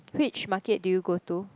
which market do you go to